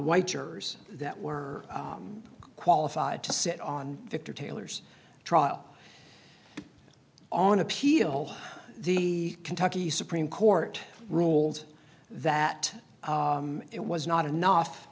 white jurors that were qualified to sit on victor taylor's trial on appeal the kentucky supreme court ruled that it was not enough